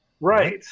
Right